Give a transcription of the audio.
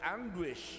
anguish